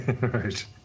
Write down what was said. Right